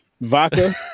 Vodka